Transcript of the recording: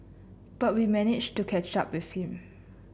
but we managed to catch up with him